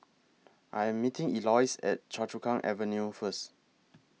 I Am meeting Eloise At Choa Chu Kang Avenue First